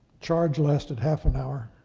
charge lasted half an hour.